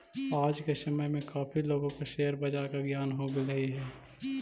आज के समय में काफी लोगों को शेयर बाजार का ज्ञान हो गेलई हे